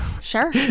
sure